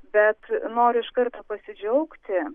bet noriu iškarto pasidžiaugti